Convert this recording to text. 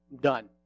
done